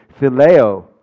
phileo